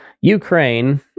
Ukraine